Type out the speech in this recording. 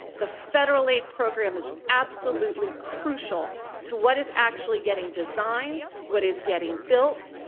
the federal aid program is absolutely crucial to what is actually getting designed, what is getting built,